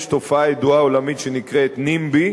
יש תופעה ידועה עולמית שנקראת NIMBY,